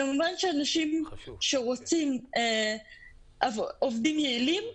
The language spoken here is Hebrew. כמובן שאנשים שרוצים עובדים יעילים,